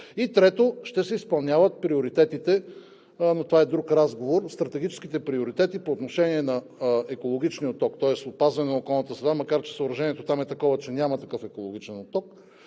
Трето, ще си изпълняват приоритетите, но това е друг разговор, стратегическите приоритети по отношение на екологичния отток, тоест опазване на околната среда, макар че съоръжението там е такова, че няма такъв екологичен отток